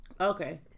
Okay